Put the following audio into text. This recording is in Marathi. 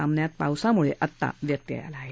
सामन्यात पावसामुळं व्यत्यय आला आहे